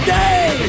day